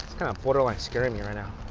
kind of borderline scaring me right now